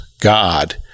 God